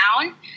down